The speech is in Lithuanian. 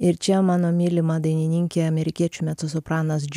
ir čia mano mylima dainininkė amerikiečių mecosopranas